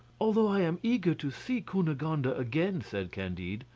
although i am eager to see cunegonde again, said candide,